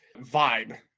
vibe